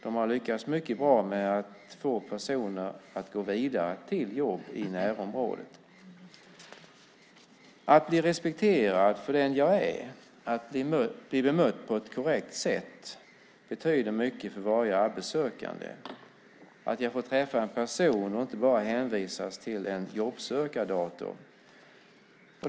De har lyckats mycket bra med att få personer att gå vidare till jobb i närområdet. Att bli respekterad för den man är, bli bemött på ett korrekt sätt och få träffa en person och inte bara hänvisas till en jobbsökardator betyder mycket för varje arbetssökande.